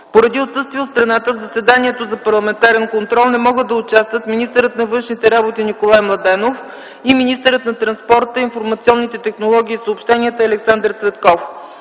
Поради отсъствие от страната в заседанието за парламентарен контрол не могат да участват министърът на външните работи Николай Младенов и министърът на транспорта, информационните технологии и съобщенията Александър Цветков.